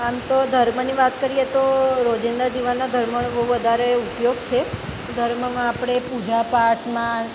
આમતો ધર્મની વાત કરીએ તો રોજિંદા જીવનમાં ધર્મનો બહુ વધારે ઉપયોગ છે ધર્મમાં આપણે પૂજાપાઠમાં